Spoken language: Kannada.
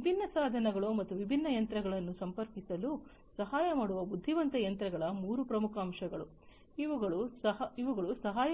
ವಿಭಿನ್ನ ಸಾಧನಗಳು ಮತ್ತು ವಿಭಿನ್ನ ಯಂತ್ರಗಳನ್ನು ಸಂಪರ್ಕಿಸಲು ಸಹಾಯ ಮಾಡುವ ಬುದ್ಧಿವಂತ ಯಂತ್ರಗಳ ಮೂರು ಪ್ರಮುಖ ಅಂಶಗಳು ಇವುಗಳು ಸಹ